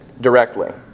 directly